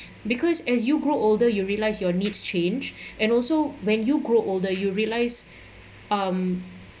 because as you grow older you realise your needs change and also when you grow older you realise um